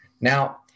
Now